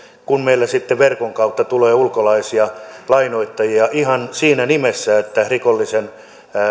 kun meillä sitten verkon kautta tulee ulkolaisia lainoittajia ihan siinä mielessä että rikollisen